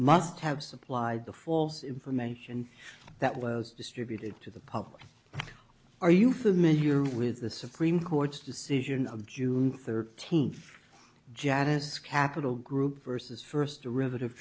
must have supplied the false information that was distributed to the public are you familiar with the supreme court's decision of june thirteenth janice capital group versus first derivative